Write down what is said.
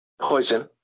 Poison